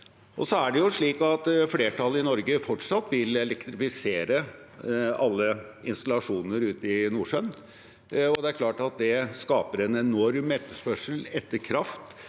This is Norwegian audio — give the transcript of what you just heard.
Flertallet i Norge vil fortsatt elektrifisere alle installasjoner ute i Nordsjøen, og det er klart at det skaper en enorm etterspørsel etter kraft